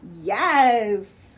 Yes